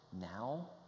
now